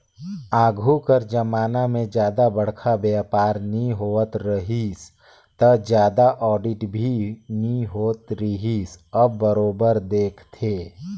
आघु कर जमाना में जादा बड़खा बयपार नी होवत रहिस ता जादा आडिट नी होत रिहिस अब बरोबर देखथे